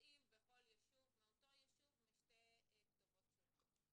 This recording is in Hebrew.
שנוסעים בכל ישוב, מאותו ישוב משתי כתובות שונות.